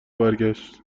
برگشت